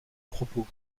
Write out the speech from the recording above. propos